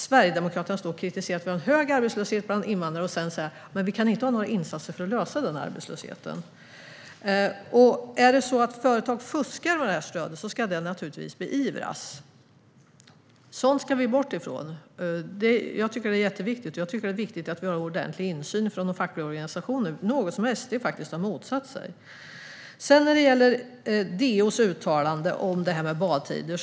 Sverigedemokraterna kritiserar att det råder hög arbetslöshet bland invandrare, men sedan säger de att det inte ska göras några insatser för att lösa situationen med arbetslösheten. Om företag fuskar med stödet ska det naturligtvis beivras. Sådant ska vi bort från. Det är mycket viktigt. Det är viktigt att det finns en ordentlig insyn för de fackliga organisationerna. Det är något som SD faktiskt har motsatt sig. Sedan var det DO:s uttalande om badtider.